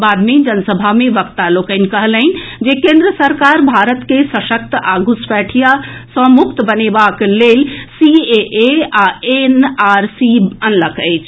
बाद मे जनसभा मे वक्ता लोकनि कहलनि जे केंद्र सरकार भारत के सशक्त आ घुसपैठिया मुक्त बनेबाक लेल सीएए आ एनआरसी अनलक अछि